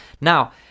Now